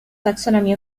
taxonomy